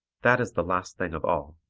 that is the last thing of all.